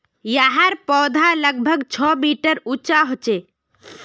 याहर पौधा लगभग छः मीटर उंचा होचे